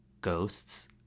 ghosts